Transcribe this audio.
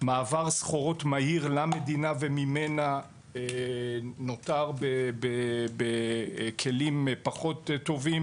מעבר סחורות מהיר למדינה וממנה נותר בכלים פחות טובים